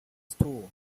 store